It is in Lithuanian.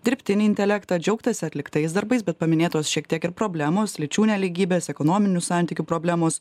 dirbtinį intelektą džiaugtasi atliktais darbais bet paminėtos šiek tiek ir problemos lyčių nelygybės ekonominių santykių problemos